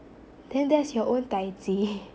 then that's your own tai ji